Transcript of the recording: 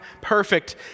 perfect